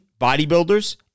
bodybuilders